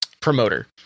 promoter